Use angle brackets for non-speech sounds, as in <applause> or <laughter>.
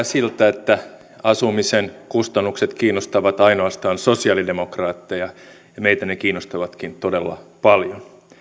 <unintelligible> siltä että asumisen kustannukset kiinnostavat ainoastaan sosialidemokraatteja ja meitä ne kiinnostavatkin todella paljon